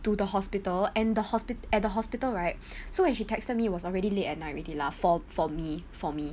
to the hospital and the hospit~ at the hospital right so when she texted me was already late at night already lah for for me for me